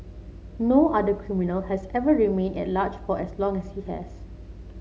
no other criminal has ever remained at large for as long as he has